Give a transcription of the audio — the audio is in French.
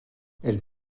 elle